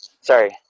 Sorry